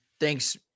thanks